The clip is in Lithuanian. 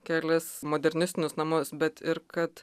kelis modernistinius namus bet ir kad